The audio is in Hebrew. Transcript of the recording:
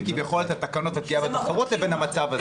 כביכול את התקנות לפגיעה בתחרות לבין המצב הזה?